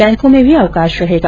बैंकों में भी अवकाश रहेगा